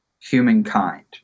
humankind